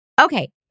Okay